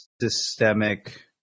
systemic